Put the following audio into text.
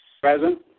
Present